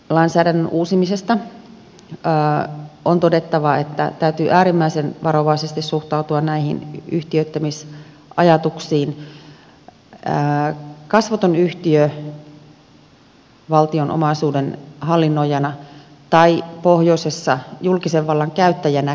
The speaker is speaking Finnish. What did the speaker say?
metsähallituksen lainsäädännön uusimisesta on todettava että täytyy äärimmäisen varovaisesti suhtautua näihin yhtiöittämisajatuksiin joissa kasvoton yhtiö olisi valtion omaisuuden hallinnoijana tai pohjoisessa julkisen vallan käyttäjänäkin